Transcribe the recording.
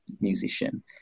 musician